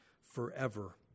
forever